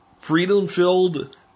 freedom-filled